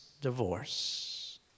divorce